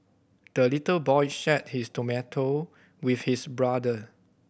the little boy shared his tomato with his brother